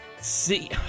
See